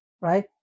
right